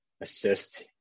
assist